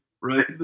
right